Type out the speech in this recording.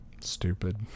Stupid